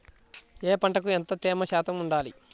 ఏ పంటకు ఎంత తేమ శాతం ఉండాలి?